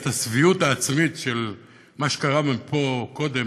שביעות הרצון העצמית על מה שקרה פה קודם,